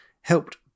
helped